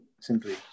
simply